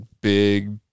big